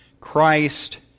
Christ